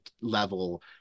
level